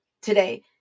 today